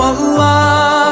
Allah